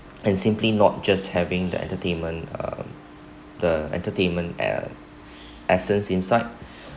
and simply not just having the entertainment um the entertainment as essence inside